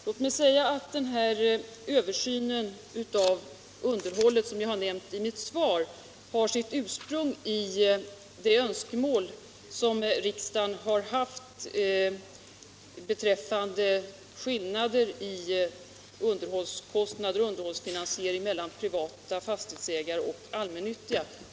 Låt mig säga att den översyn av underhållet som jag nämnt i mitt svar har sitt ursprung i det önskemål som riksdagen har haft om översyn av skillnader i skattehänseende beträffande underhållet mellan privata fastighetsägare och allmännyttiga.